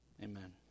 Amen